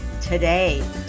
today